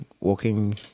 walking